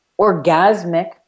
orgasmic